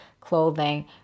clothing